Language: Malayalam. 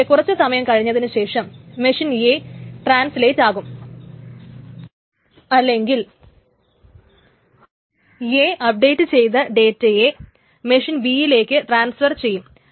പക്ഷേ കുറച്ചു സമയം കഴിഞ്ഞതിനുശേഷം മെഷീൻ A ട്രാൻസിലേറ്റ് ആകും അല്ലെങ്കിൽ A അപ്ഡേറ്റ് ചെയ്ത ഡേറ്റയെ മെഷീൻ B യിലേക്ക് ട്രാൻസർ ചെയ്യും